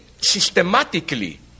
systematically